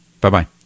Bye-bye